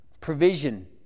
provision